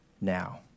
now